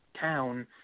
town